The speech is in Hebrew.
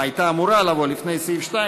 או הייתה אמורה לבוא לפני סעיף 2,